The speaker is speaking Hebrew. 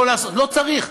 לא צריך.